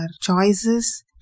choices